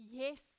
yes